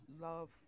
Love